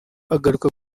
agaruka